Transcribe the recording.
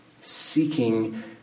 seeking